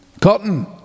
Cotton